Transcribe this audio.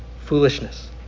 foolishness